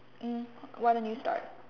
mm why don't you start